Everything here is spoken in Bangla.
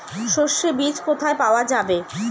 সর্ষে বিজ কোথায় পাওয়া যাবে?